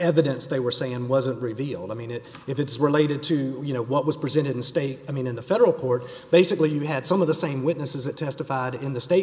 evidence they were saying wasn't revealed i mean it if it's related to you know what was presented in state i mean in the federal court basically you had some of the same witnesses that testified in the state